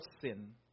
sin